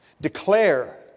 Declare